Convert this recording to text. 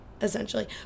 essentially